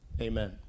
Amen